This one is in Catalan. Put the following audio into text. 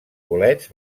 bolets